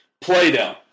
Play-Doh